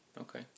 Okay